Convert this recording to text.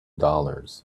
dollars